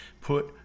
Put